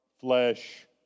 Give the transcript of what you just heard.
flesh